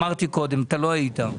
אמרתי קודם כשלא היית.